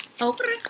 okay